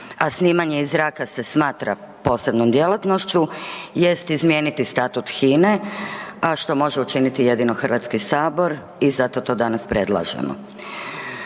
a snimanje iz zraka se smatra posebnom djelatnošću jest izmijeniti Statut HINA-e, a što može učiniti jedino HS i zato to danas predlažemo.